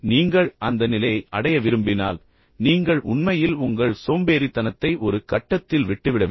நீங்கள் அந்த நிலையை அடைய விரும்பினால் நீங்கள் உண்மையில் உங்கள் சோம்பேறித்தனத்தை ஒரு கட்டத்தில் விட்டுவிட வேண்டும்